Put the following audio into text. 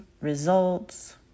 results